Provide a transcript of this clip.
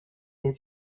d’une